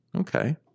Okay